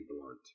Blunt